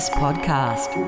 podcast